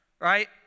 right